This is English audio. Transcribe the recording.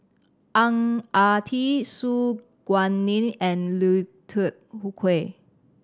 Ang Ah Tee Su Guaning and Lui Tuck